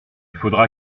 faudra